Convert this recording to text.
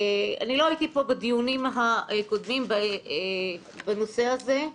לא הייתי פה בדיונים הקודמים בנושא הזה,